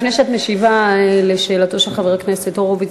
לפני שאת משיבה על שאלתו של חבר הכנסת הורוביץ,